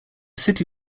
city